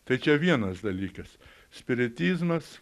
tai čia vienas dalykas spiritizmas